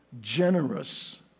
Generous